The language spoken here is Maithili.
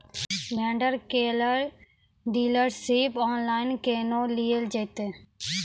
भेंडर केर डीलरशिप ऑनलाइन केहनो लियल जेतै?